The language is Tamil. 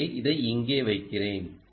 எனவே இதை இங்கே வைக்கிறேன்